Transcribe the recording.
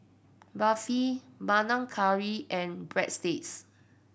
Barfi Panang Curry and Breadsticks